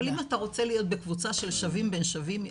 אבל אם אתה רוצה להיות בקבוצה של שווים בין שווים,